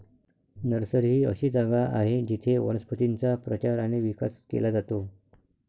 nursery ही अशी जागा आहे जिथे वनस्पतींचा प्रचार आणि विकास केला जातो